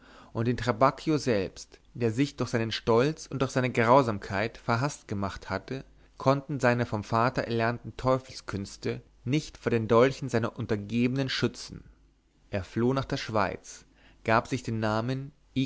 und den trabacchio selbst der sich durch seinen stolz und durch seine grausamkeit verhaßt gemacht hatte konnten seine vom vater erlernte teufelskünste nicht vor den dolchen seiner untergebenen schützen er floh nach der schweiz gab sich den namen